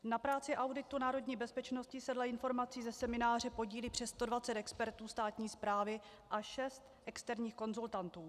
Na práci auditu národní bezpečnosti se dle informací ze semináře podílí přes 120 expertů státní správy a šest externích konzultantů.